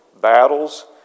battles